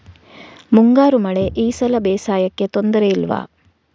ಮುಂಗಾರು ಮಳೆ ಈ ಸಲ ಬೇಸಾಯಕ್ಕೆ ತೊಂದರೆ ಇಲ್ವ?